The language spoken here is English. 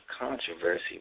controversy